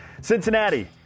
Cincinnati